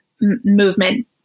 movement